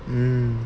um